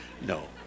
No